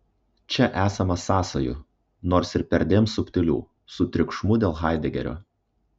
čia esama sąsajų nors ir perdėm subtilių su triukšmu dėl haidegerio